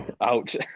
Ouch